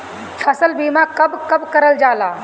फसल बीमा का कब कब करव जाला?